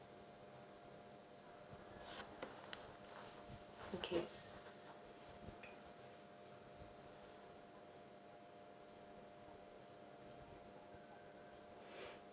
okay